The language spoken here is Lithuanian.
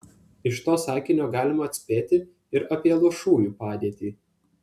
iš to sakinio galima atspėti ir apie luošųjų padėtį